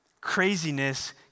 Craziness